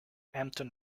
hampton